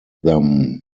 them